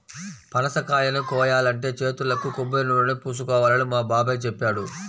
పనసకాయని కోయాలంటే చేతులకు కొబ్బరినూనెని పూసుకోవాలని మా బాబాయ్ చెప్పాడు